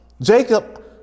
Jacob